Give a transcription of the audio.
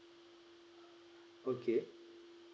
okay